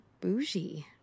bougie